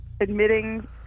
admitting